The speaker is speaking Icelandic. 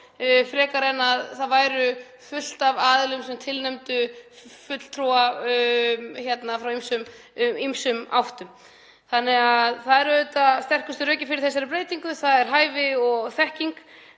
frekar en að þarna væru fullt af aðilum sem tilnefndu fulltrúa úr ýmsum áttum. Það eru auðvitað sterkustu rökin fyrir þessari breytingu, þ.e. hæfi og þekking.